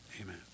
Amen